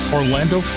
Orlando